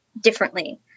differently